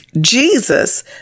Jesus